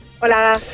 Hola